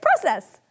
process